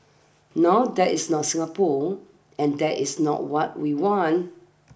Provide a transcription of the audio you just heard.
now that is not Singapore and that is not what we want